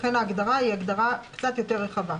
לכן ההגדרה קצת יותר רחבה.